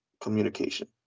communication